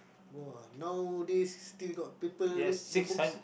!wah! nowadays still got people read the books